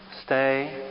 Stay